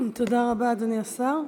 תודה רבה, אדוני השר.